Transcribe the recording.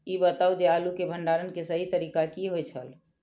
ई बताऊ जे आलू के भंडारण के सही तरीका की होय छल?